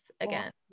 again